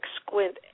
squint